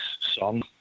song